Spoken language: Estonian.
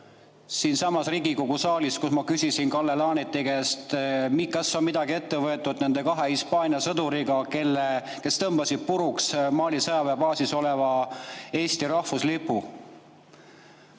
siinsamas Riigikogu saalis, kui küsisin Kalle Laaneti käest, kas on midagi ette võetud nende kahe Hispaania sõduriga, kes tõmbasid puruks Mali sõjaväebaasis oleva Eesti rahvuslipu. Ja